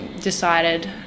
decided